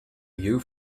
you